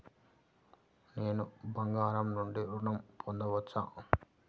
నేను బంగారం నుండి ఋణం పొందవచ్చా?